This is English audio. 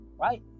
right